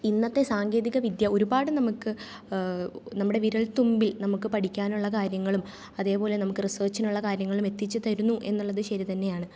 ഇന്നത്തെ സാങ്കേതിക വിദ്യ ഒരുപാട് നമുക്ക് നമ്മുടെ വിരൽത്തുമ്പിൽ നമുക്ക് പഠിക്കാനുള്ള കാര്യങ്ങളും അതേപോലെ നമുക്ക് റിസേർച്ചിനുള്ള കാര്യങ്ങളും എത്തിച്ചു തരുന്നു എന്നുള്ളത് ശരി തന്നെയാണ്